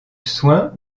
soin